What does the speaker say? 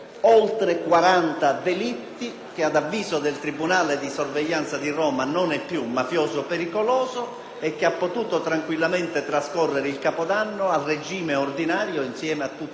che ad avviso del tribunale di sorveglianza di Roma non è più un mafioso pericoloso e che ha potuto trascorrere tranquillamente il Capodanno a regime ordinario insieme a tutti gli altri carcerati per reati minori,